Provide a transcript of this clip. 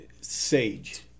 sage